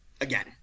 again